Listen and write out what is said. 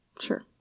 Sure